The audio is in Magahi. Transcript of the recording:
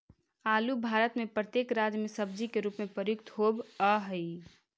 आलू भारत में प्रत्येक राज्य में सब्जी के रूप में प्रयुक्त होवअ हई